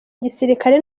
gisirikare